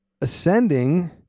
ascending